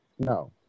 No